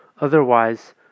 Otherwise